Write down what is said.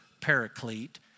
paraclete